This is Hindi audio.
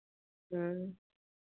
ह्म्म